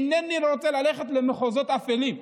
אינני רוצה ללכת למחוזות אפלים,